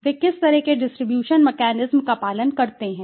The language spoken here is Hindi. वे किस तरह के डिस्ट्रीब्यूशन मैकेनिज्म का पालन करते हैं